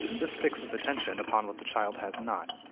this fixes attention upon what the child has not,